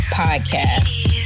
podcast